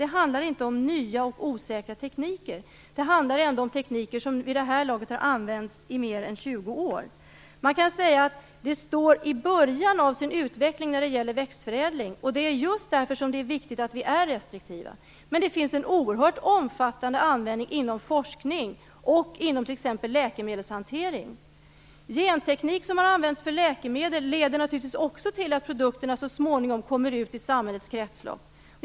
Det handlar inte om nya och osäkra tekniker utan om tekniker som nu har använts i mer än 20 år. Man kan säga att det här står i början av sin utveckling när det gäller växtförädling, och det är just därför det är viktigt att vi är restriktiva. Men det finns en oerhört omfattande användning inom forskning och inom t.ex. läkemedelshantering. Genteknik som har använts för läkemedel leder naturligtvis också till att produkterna så småningom kommer ut i samhällets kretslopp.